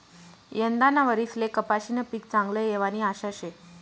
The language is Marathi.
यंदाना वरीसले कपाशीनं पीक चांगलं येवानी आशा शे